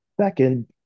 Second